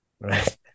Right